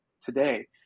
today